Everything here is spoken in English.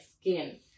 skin